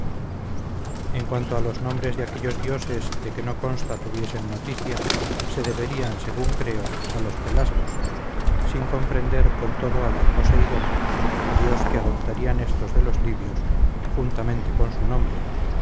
en cuanto a los nombres de aquellos dioses de que no consta tuviesen noticia se deberían según creo a los pelasgos sin comprender con todo al de posideon dios que adoptarían éstos de los libios juntamente con su nombre